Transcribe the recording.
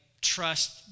trust